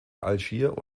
algier